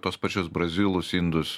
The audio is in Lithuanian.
tuos pačius brazilus indus